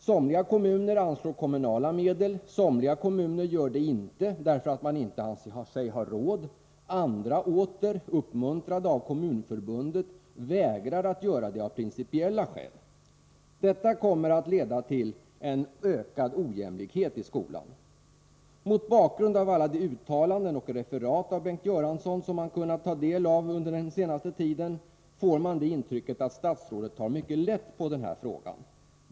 Somliga kommuner anslår kommunala medel, somliga kommuner gör det inte därför att man inte anser sig ha råd, och andra åter — uppmuntrade av Kommunförbundet — vägrar att göra det av principiella skäl. Detta kommer att leda till en ökad ojämlikhet i skolan. Mot bakgrund av alla de uttalanden och referat av Bengt Göransson som man kunnat ta del av under den senaste tiden, får man det intrycket att statsrådet tar mycket lätt på denna fråga.